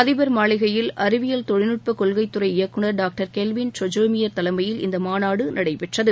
அதிபர் மாளிகையில் அறிவியல் தொழில்நுட்ப கொள்கைத்துறை இயக்குநர் டாக்டர் கெல்விள் ட்ரோஜிமியர் தலைமையில் இந்த மாநாடு நடைபெற்றது